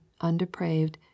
undepraved